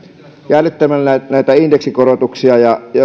jäädyttämällä indeksikorotuksia ja